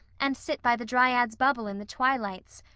and sit by the dryad's bubble in the twilights,